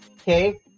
okay